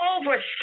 over